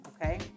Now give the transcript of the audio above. okay